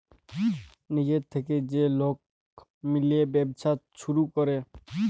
লিজের থ্যাইকে যে লক মিলে ব্যবছা ছুরু ক্যরে